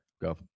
go